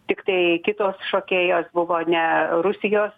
tiktai kitos šokėjos buvo ne rusijos